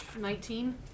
Nineteen